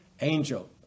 angel